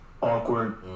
Awkward